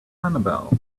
annabelle